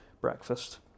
breakfast